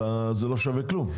זה לא שווה כלום.